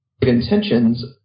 intentions